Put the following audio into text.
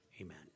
Amen